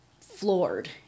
floored